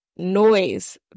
Noise